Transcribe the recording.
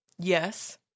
Yes